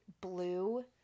blue